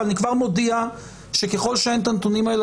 אבל אני כבר מודיע שככל שאין את הנתונים האלה,